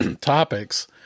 topics